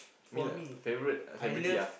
mean like favourite celebrity ah